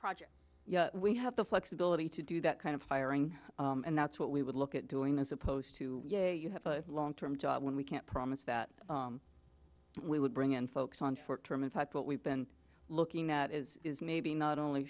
project you know we have the flexibility to do that kind of firing and that's what we would look at doing as opposed to you have a long term job when we can't promise that we would bring in folks on short term in fact what we've been looking at is is maybe not only